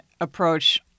approach